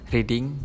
Reading